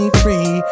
free